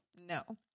No